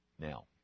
Now